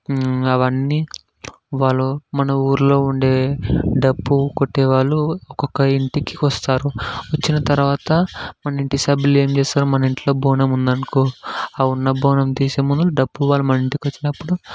అవన్నీ వాళ్ళు మన ఊర్లో ఉండే డప్పు కొట్టేవాళ్ళు ఒకొక్క ఇంటికీ వస్తారు వచ్చిన తర్వాత మన ఇంటి సభ్యులు ఏంచేస్తారు మన ఇంట్లో బోనం ఉందనుకో ఆ ఉన్న బోనం తీసే ముందు డప్పు వాళ్ళు మన ఇంటికి వచ్చినప్పుడు